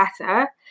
better